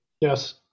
Yes